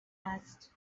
asked